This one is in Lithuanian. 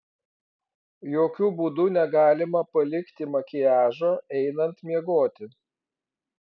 jokiu būdu negalima palikti makiažo einant miegoti